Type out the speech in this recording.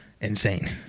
insane